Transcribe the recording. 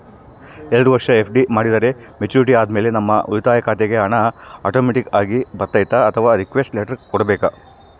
ಎರಡು ವರುಷ ಎಫ್.ಡಿ ಮಾಡಿದರೆ ಮೆಚ್ಯೂರಿಟಿ ಆದಮೇಲೆ ನಮ್ಮ ಉಳಿತಾಯ ಖಾತೆಗೆ ಹಣ ಆಟೋಮ್ಯಾಟಿಕ್ ಆಗಿ ಬರ್ತೈತಾ ಅಥವಾ ರಿಕ್ವೆಸ್ಟ್ ಲೆಟರ್ ಕೊಡಬೇಕಾ?